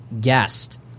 guest